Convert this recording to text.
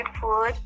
food